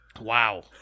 Wow